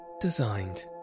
designed